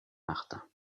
martin